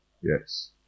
Yes